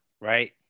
right